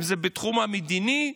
אם זה בתחום המדיני,